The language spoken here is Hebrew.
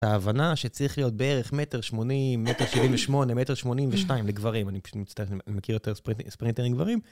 ההבנה שצריך להיות בערך מטר שמונים, מטר שבעים ושמונה, מטר שמונים ושניים לגברים, אני מצטער שאני מכיר יותר ספרינטרים גברים.